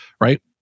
right